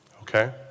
Okay